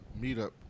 meetup